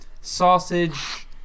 sausage